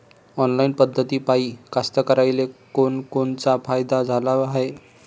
Online पद्धतीपायी कास्तकाराइले कोनकोनचा फायदा झाला हाये?